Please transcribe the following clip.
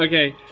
okay.